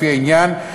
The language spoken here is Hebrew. לפי העניין,